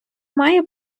має